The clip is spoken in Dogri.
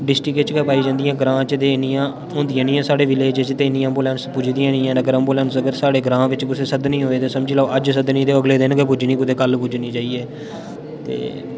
डिस्ट्रिक्ट बिच गै पाई जंदी ऐ ग्रांऽ च ते इ'न्नियां थ्होन्दियां निं ऐ साढ़े विलेज च ते एम्बुलेंस इ'न्नियां पुज्जनी निं ऐ अगर एम्बुलेंस साढ़े ग्रांऽ बिच अगर कुसै सद्दनी होऐ ते समझी लैओ अज्ज सद्दनी ते ओह् अगले दिन गै पुज्जनी